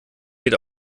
geht